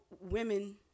women